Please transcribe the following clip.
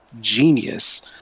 genius